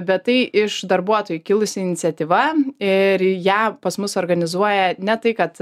bet tai iš darbuotojų kilusi iniciatyva ir ją pas mus organizuoja ne tai kad